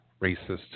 racist